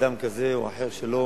לאדם כזה או אחר שלא